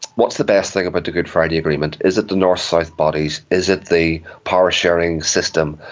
what's the best thing about the good friday agreement? is it the north-south bodies, is it the power-sharing system,